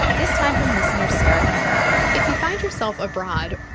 this time from listener sarah comer if you find yourself abroad,